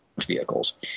vehicles